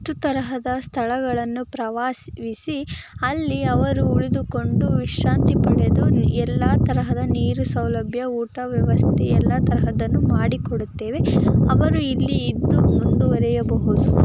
ತರಹದ ಸ್ಥಳಗಳನ್ನು ಪ್ರವಾಸ ವಿಸಿ ಅಲ್ಲಿ ಅವರು ಉಳಿದುಕೊಂಡು ವಿಶ್ರಾಂತಿ ಪಡೆದು ನಿ ಎಲ್ಲ ತರಹದ ನೀರು ಸೌಲಭ್ಯ ಊಟ ವ್ಯವಸ್ಥೆ ಎಲ್ಲ ತರಹದ್ದನ್ನು ಮಾಡಿಕೊಡುತ್ತೇವೆ ಅವರು ಇಲ್ಲಿ ಇದ್ದು ಮುಂದುವರೆಯಬಹುದು